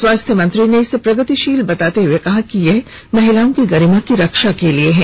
स्वास्थ्य मंत्री ने इसे प्रगतिशील बताते हुए कहा कि यह महिलाओं की गरीमा की रक्षा के लिए है